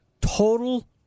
total